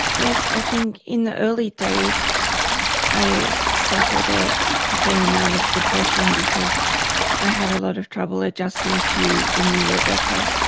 yes, i think in the early days i suffered ah ah a amount of depression because i had a lot of trouble adjusting to the new rebecca,